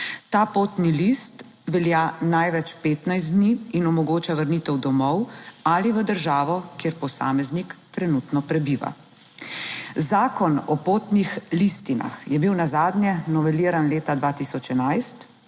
Ta potni list velja največ 15 dni in omogoča vrnitev domov ali v državo, kjer posameznik trenutno prebiva. Zakon o potnih listinah je bil nazadnje noveliran leta 2011,